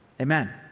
Amen